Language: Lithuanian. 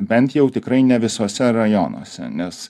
bent jau tikrai ne visuose rajonuose nes